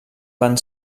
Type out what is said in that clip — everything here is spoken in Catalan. van